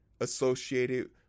associated